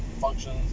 functions